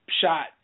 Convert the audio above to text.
shot